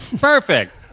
Perfect